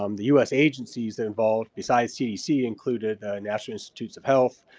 um the us agencies involved, besides cdc included national institutes of health.